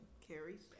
carries